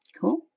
Cool